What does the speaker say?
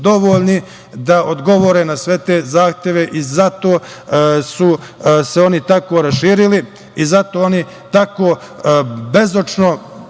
da odgovore na sve te zahteve, zbog čega su se oni tako i raširili i zato oni tako bezočno